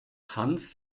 hanf